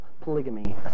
polygamy